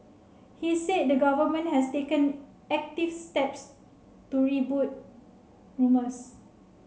he said the Government has taken active steps to rebut rumours